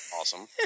awesome